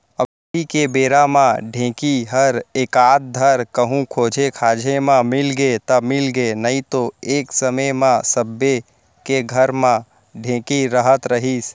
अभी के बेरा म ढेंकी हर एकाध धर कहूँ खोजे खाजे म मिलगे त मिलगे नइतो एक समे म सबे के घर म ढेंकी रहत रहिस